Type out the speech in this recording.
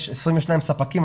יש 22 ספקים.